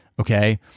Okay